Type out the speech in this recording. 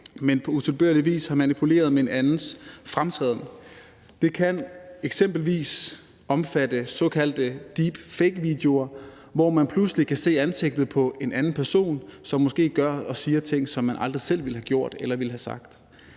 men på utilbørlig vis har manipuleret med en andens fremtræden. Det kan eksempelvis omfatte såkaldte deepfakevideoer, hvor man pludselig kan se ansigtet på en anden person, som måske gør og siger ting, som vedkommende aldrig selv ville have gjort eller sagt.